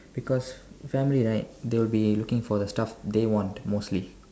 because family right they'll be looking for the stuff they want mostly